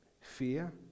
fear